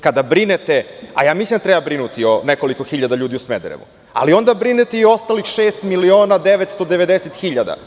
Kada brinete, ja mislim da treba brinuti o nekoliko hiljada ljudi u Smederevu, ali onda brinite i o ostalih šest miliona 990 hiljada.